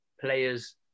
players –